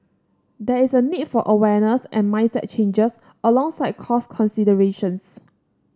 there is a need for awareness and mindset changes alongside cost considerations